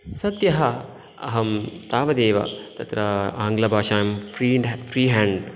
सद्यः अहं तावदेव तत्र आङ्ग्लभाषायां फ़्रीड् फ़्रीहेण्ड्